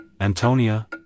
antonia